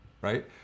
right